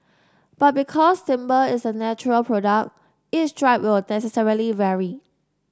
but because timber is a natural product each strip will necessarily vary